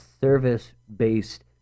service-based